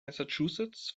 massachusetts